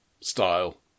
style